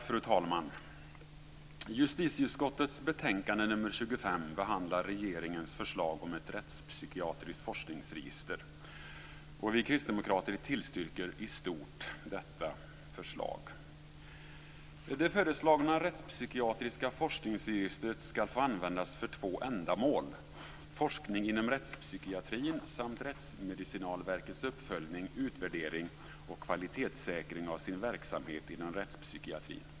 Fru talman! Justitieutskottets betänkande nr 25 behandlar regeringens förslag om ett rättspsykiatriskt forskningsregister. Vi kristdemokrater tillstyrker i stort förslaget. Det föreslagna rättspsykiatriska forskningsregistret skall få användas för två ändamål, forskning inom rättspsykiatrin samt Rättsmedicinalverkets uppföljning, utvärdering och kvalitetssäkring av sin verksamhet inom rättspsykiatrin.